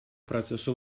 процессу